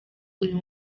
uyu